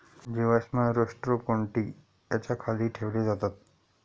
जीवाश्म रोस्ट्रोकोन्टि याच्या खाली ठेवले जातात